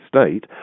state